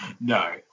No